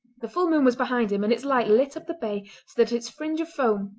the full moon was behind him and its light lit up the bay so that its fringe of foam,